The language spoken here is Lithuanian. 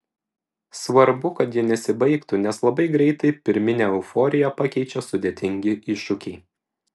svarbu kad ji nesibaigtų nes labai greitai pirminę euforiją pakeičia sudėtingi iššūkiai